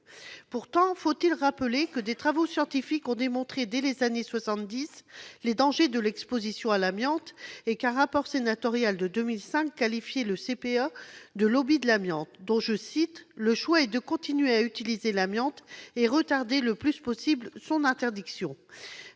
encourus ». Faut-il rappeler pourtant que des travaux scientifiques ont démontré, dès les années soixante-dix, les dangers de l'exposition à l'amiante et qu'un rapport sénatorial de 2005 qualifiait le CPA de « lobby de l'amiante », cet organisme ayant fait « le choix de continuer à utiliser l'amiante et de retarder le plus possible son interdiction »